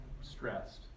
stressed